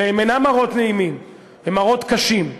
אלה אינם מראות נעימים, הם מראות קשים,